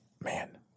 man